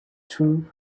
through